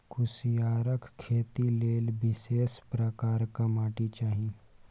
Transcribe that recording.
कुसियारक खेती लेल विशेष प्रकारक माटि चाही